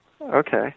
Okay